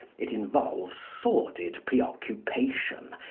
it involves sordid preoccupation,